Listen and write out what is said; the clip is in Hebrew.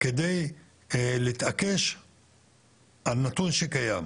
אני יכולה להגיד שאנחנו,